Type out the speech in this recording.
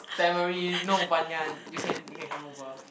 Tamarind not Banyan you can you can come over